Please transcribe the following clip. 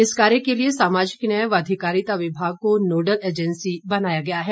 इस कार्य के लिए सामाजिक न्याय व अधिकारिता विभाग को नोडल एजेंसी बनाया गया है